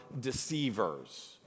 deceivers